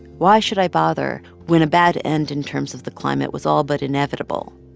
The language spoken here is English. why should i bother when a bad end in terms of the climate was all but inevitable?